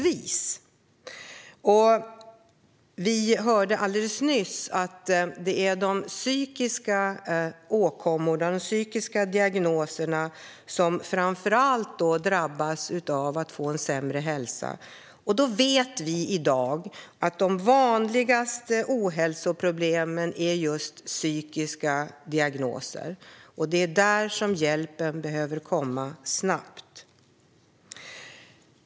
Vi hörde alldeles nyss att det framför allt är de som har psykiska åkommor och diagnoser som drabbas av sämre hälsa. Vi vet i dag att de vanligaste ohälsoproblemen är just psykiska diagnoser. Det är där som hjälpen behöver komma snabbt.